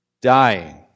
dying